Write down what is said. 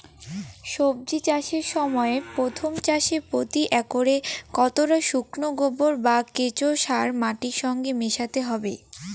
সবজি চাষের সময় প্রথম চাষে প্রতি একরে কতটা শুকনো গোবর বা কেঁচো সার মাটির সঙ্গে মেশাতে হবে?